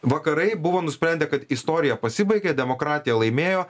vakarai buvo nusprendę kad istorija pasibaigė demokratija laimėjo